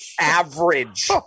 Average